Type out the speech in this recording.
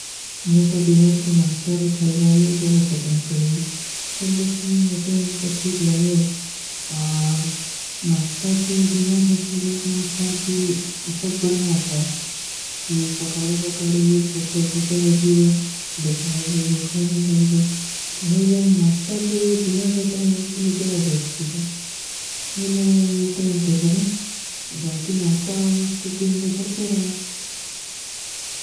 Muta dinner କୋ ନାସତା ରଖାଈବା ଅଲେ ଜାହ ପସଂଦ କରଵୀ। କଲେ କୀ ମୁତେ ଅଂତେ ଠୀକ ଲଗେ। ଆର ନାସତା କୋ ଡିନର ରଖାଈଲେ ଗଣ ଥା କୀ ଇସପ ବଣୀଯା ଥା। କୀ ସକାଡୋ ସକାଡୋ ଇସବ କର ପେଟା ବରଜୀବା, ଦୋପାର ଭୂଖାଯ ନହୀଂ ଲଗୀବା। ତୋ ହେଲେ ନାସ୍ତା କୋ ଡିନର ଟାଇମ ଲେ କେ ଲିଏ ଜାଓ ବେସ୍ତୀ ଥୀ ବାଦ। ହେଲେ ମୂତେ ନତେ କରେଂ। ବାଗୀ ନାସ୍ତା ମସ୍ତ ତୀନ ଲେ କରତେ ରହା।